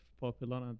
popular